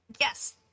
Yes